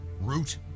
Root